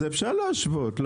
אפשר להשוות.